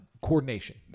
Coordination